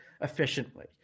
efficiently